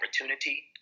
opportunity